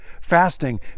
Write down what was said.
Fasting